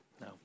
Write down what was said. No